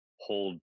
hold